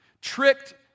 tricked